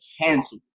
canceled